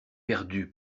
perdu